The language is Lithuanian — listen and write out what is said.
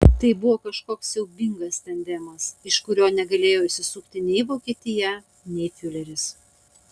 tai buvo kažkoks siaubingas tandemas iš kurio negalėjo išsisukti nei vokietija nei fiureris